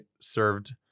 served